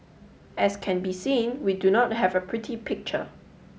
as can be seen we do not have a pretty picture